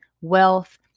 wealth